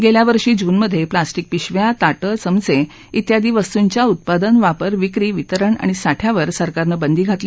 गेल्यावर्षी जूनमधे प्लास्टिक पिशव्या ताटं चमचे इत्यादी वस्तूंच्या उत्पादन वापर विक्री वितरण आणि साठ्यावर सरकारनं बंदी घातली